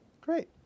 Great